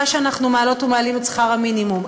שאנחנו מעלות ומעלים את שכר המינימום,